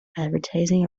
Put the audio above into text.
advertising